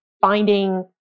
finding